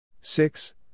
six